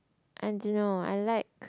I don't know I like